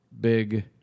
big